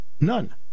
none